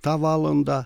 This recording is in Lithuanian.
tą valandą